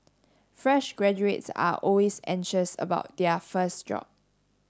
fresh graduates are always anxious about their first job